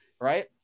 Right